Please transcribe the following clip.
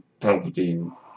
Palpatine